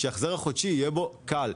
שההחזר החודשי בה יהיה קל,